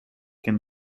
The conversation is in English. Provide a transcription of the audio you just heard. can